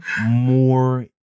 more